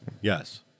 yes